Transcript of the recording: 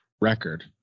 record